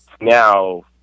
now